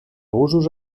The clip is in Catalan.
usos